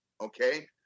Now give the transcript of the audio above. Okay